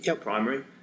primary